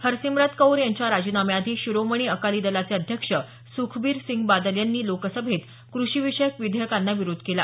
हरसिमरत कौर यांच्या राजीनाम्याआधी शिरोमणी अकाली दलाचे अध्यक्ष सुखबीर सिंग बादल यांनी लोकसभेत कृषीविषयक विधेयकांना विरोध केला